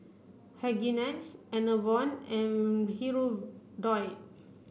Hygin X Enervon and Hirudoid